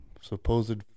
supposed